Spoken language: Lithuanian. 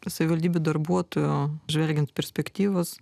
savivaldybių darbuotojų žvelgiant perspektyvos